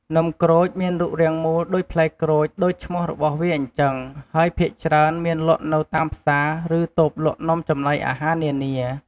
នំក្រូចមានរូបរាងមូលដូចផ្លែក្រូចដូចឈ្មោះរបស់វាអញ្ជឹង ហើយភាគច្រើនមានលក់នៅតាមផ្សារ ឬតូបលក់នំចំណីអាហារនានា។